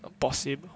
possib~